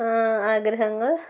ആഗ്രഹങ്ങൾ